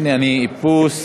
הנה, איפוס.